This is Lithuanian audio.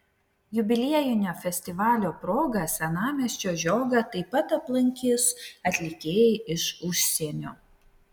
jubiliejinio festivalio proga senamiesčio žiogą taip pat aplankys atlikėjai iš užsienio